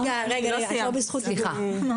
רגע, היא עוד לא סיימה לדבר.